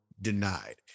denied